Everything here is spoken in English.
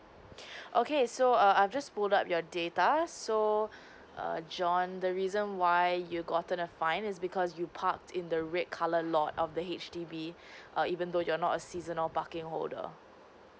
okay so err I just pulled out your data so err john the reason why you gotten the fine is because you parked in the red colour lot of the H_D_B err even though you're not a seasonal parking holder